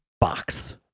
box